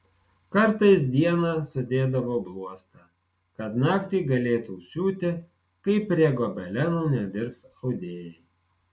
kartais dieną sudėdavo bluostą kad naktį galėtų siūti kai prie gobelenų nedirbs audėjai